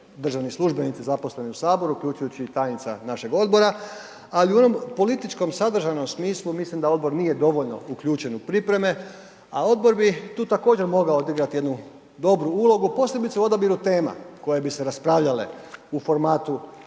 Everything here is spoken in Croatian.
državni službenici zaposleni u HS, uključujući i tajnica našeg odbora, ali u onom političkom sadržajnom smislu mislim da odbor nije dovoljno uključen u pripreme, a odbor bi tu također mogao odigrat jednu dobru ulogu, posebice u odabiru tema koje bi se raspravljale u formatu